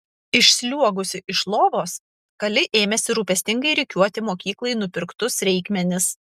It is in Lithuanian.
išsliuogusi iš lovos kali ėmėsi rūpestingai rikiuoti mokyklai nupirktus reikmenis